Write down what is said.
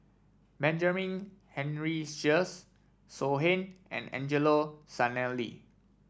Benjamin Henry Sheares So Heng and Angelo Sanelli